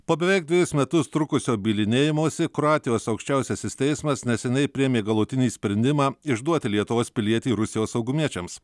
po beveik dvejus metus trukusio bylinėjimosi kroatijos aukščiausiasis teismas neseniai priėmė galutinį sprendimą išduoti lietuvos pilietį rusijos saugumiečiams